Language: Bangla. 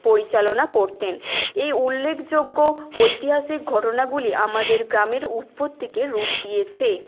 পরিচালনা করতেন এই উল্লেখযোগ্য ঐতিহাসিক ঘটনাগুলি আমাদের গ্রামের উৎপত্তিকে রূপ দিয়েছে